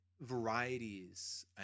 varieties